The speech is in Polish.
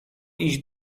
iść